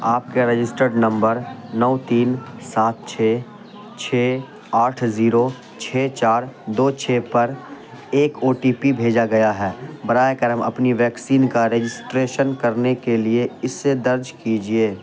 آپ کے registered number نو تین سات چھ چھ آٹھ زیرو چھ چار دو چھ پر ایک او ٹی پی بھیجا گیا ہے برائے کرم اپنی ویکسین کا رجسٹریشن کرنے کے لیے اسے درج کیجیے